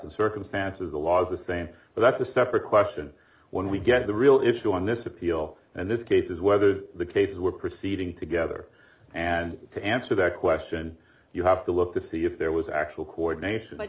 and stance of the law is the same but that's a separate question when we get the real issue on this appeal in this case is whether the cases were proceeding together and to answer that question you have to look to see if there was actual coordination like